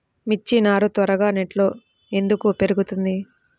మిర్చి నారు త్వరగా నెట్లో ఎందుకు పెరుగుతుంది?